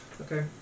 Okay